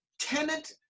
tenant